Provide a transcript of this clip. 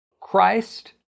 Christ